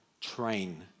Train